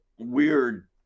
Weird